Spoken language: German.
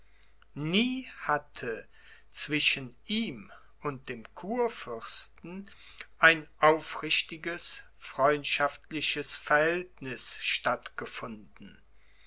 nie hatte zwischen ihm und dem kurfürsten ein aufrichtiges freundschaftliches verhältniß statt